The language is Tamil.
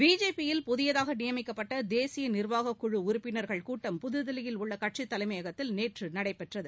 பிஜேபியில் புதியதாக நியமிக்கப்பட்ட தேசிய நிர்வாக குழு உறுப்பினர்கள் கூட்டம் புதுதில்லியில் உள்ள கட்சித் தலைமையகத்தில் நேற்று நடைபெற்றது